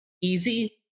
easy